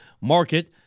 market